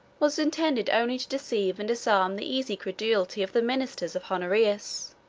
was intended only to deceive and disarm the easy credulity of the ministers of honorius.